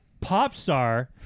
Popstar